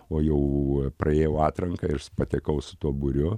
o jau praėjau atranką ir patekau su tuo būriu